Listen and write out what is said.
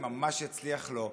אם ממש יצליח לו,